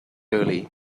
early